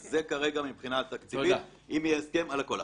זה כרגע מבחינה תקציבית אם יהיה הסכם על הכול.